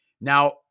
Now